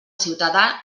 ciutadà